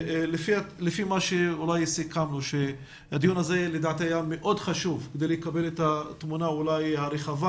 לדעתי הדיון הזה היה מאוד חשוב כדי לקבל את התמונה הרחבה.